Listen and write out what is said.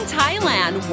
Thailand